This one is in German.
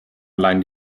alleine